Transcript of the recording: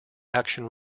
action